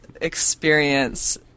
experience